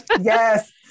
Yes